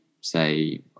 say